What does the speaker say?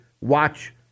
watch